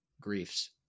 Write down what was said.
griefs